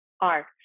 art